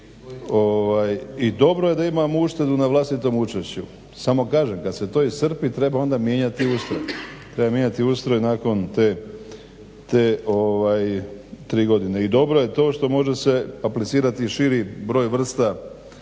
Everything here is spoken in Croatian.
I dobro je da imamo uštedu na vlastitom učešću, samo kažem kad se to iscrpi treba onda mijenjati ustroj. Treba mijenjati ustroj nakon te tri godine. I dobro je to što može se aplicirati širi broj vrsta projekata.